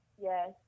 Yes